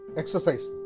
exercise